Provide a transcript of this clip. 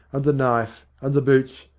and the knife, and the boots,